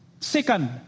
Second